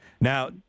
now